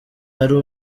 ari